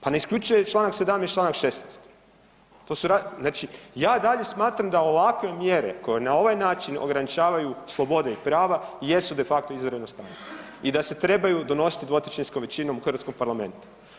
Pa ne isključuje Članak 17., Članak 16. to su, znači ja i dalje smatram da ovakve mjere koje na ovaj način ograničavaju slobode i prave jesu de facto izvanredno stanje i da se trebaju donositi dvotrećinskom većinom u hrvatskom parlamentu.